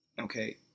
Okay